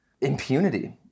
impunity